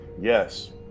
Yes